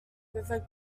river